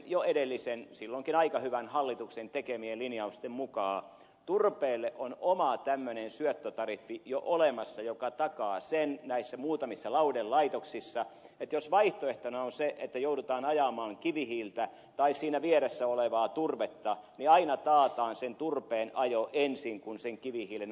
jo edellisen hallituksen silloinkin aika hyvän hallituksen tekemien linjausten mukaan turpeelle on tämmöinen oma syöttötariffinsa jo olemassa joka takaa sen näissä muutamissa lauhdelaitoksissa että jos vaihtoehtona on se että joudutaan ajamaan kivihiiltä tai siinä vieressä olevaa turvetta niin aina taataan sen turpeen ajo ennen kuin sen kivihiilen ajo